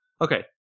Okay